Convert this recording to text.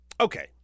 Okay